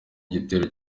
igitero